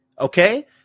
okay